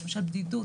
למשל בדידות,